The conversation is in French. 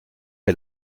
est